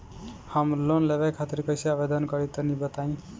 हम लोन लेवे खातिर कइसे आवेदन करी तनि बताईं?